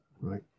right